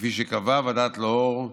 כפי שקבעה ועדת לאור,